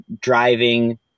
driving